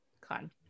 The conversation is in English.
con